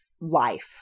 life